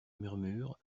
murmure